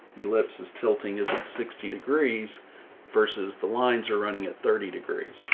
ellipse is tilting. isn't sixty degrees versus the lines are running at thirty degrees.